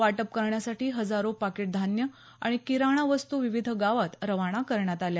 वाटप करण्यासाठी हजारो पाकिट धान्य आणि किराणा वस्तू विविध गावात रवाना करण्यात आल्या